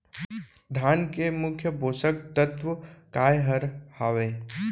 धान के मुख्य पोसक तत्व काय हर हावे?